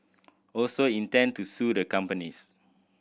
also intend to sue the companies